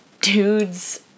dude's